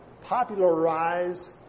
popularize